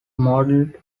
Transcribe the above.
modeled